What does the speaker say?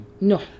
No